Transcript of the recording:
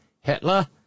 Hitler